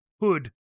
Hood